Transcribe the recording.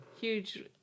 huge